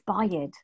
inspired